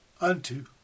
Unto